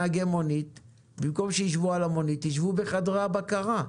נהגי מונית שבמקום יישבו במונית יישבו בחדרי הבקרה.